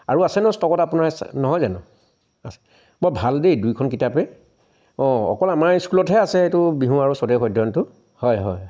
আৰু আছে ন ষ্টকত আপোনাৰ নহয় জানো বৰ ভাল দেই দুইখন কিতাপেই অ' অকল আমাৰ স্কুলতহে আছে এইটো বিহু আৰু স্বদেশ অধ্য়য়নটো হয় হয়